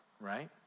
right